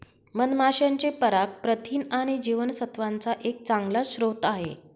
मधमाशांचे पराग प्रथिन आणि जीवनसत्त्वांचा एक चांगला स्रोत आहे